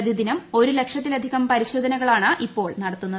പ്രതിദിനം ഒരു ലക്ഷത്തിലധികം പരിശോധനകളാണ് ഇപ്പോൾ നടത്തുന്നത്